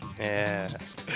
Yes